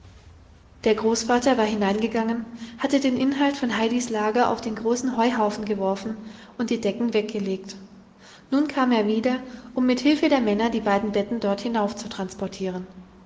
der großvater war hineingegangen hatte den inhalt von heidis lager auf den großen heuhaufen geworfen und die decken weggelegt nun kam er wieder um mit hilfe der männer die beiden betten dort hinauf zu transportieren